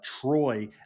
Troy